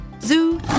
zoo